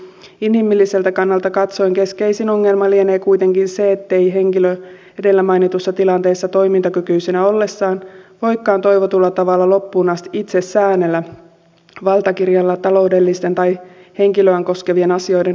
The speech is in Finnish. inhimilliseltä kannalta katsoen keskeisin ongelma lienee kuitenkin se ettei henkilö edellä mainituissa tilanteissa toimintakykyisenä ollessaan voikaan toivotulla tavalla loppuun asti itse säännellä valtakirjalla taloudellisten tai henkilöään koskevien asioiden hoitamista